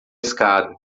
escada